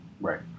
right